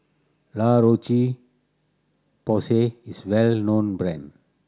La Roche Porsay is a well known brand